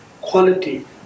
quality